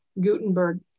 Gutenberg